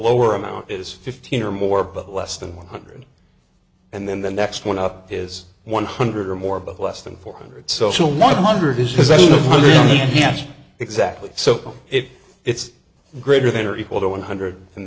lower amount is fifteen or more but less than one hundred and then the next one up is one hundred or more but less than four hundred social one hundred this is a yes exactly so if it's greater than or equal to one hundred and